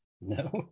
No